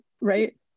right